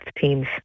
teams